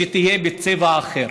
תהיה בצבע אחר,